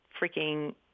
freaking